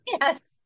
yes